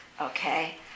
Okay